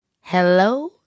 Hello